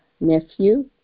nephew